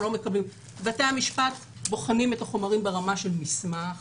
בתי המשפט בוחנים את החומרים ברמה של מסמך